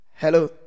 Hello